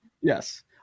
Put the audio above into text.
yes